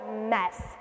mess